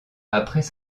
après